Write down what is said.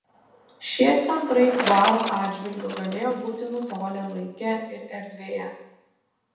šie centrai dvaro atžvilgiu galėjo būti nutolę laike ir erdvėje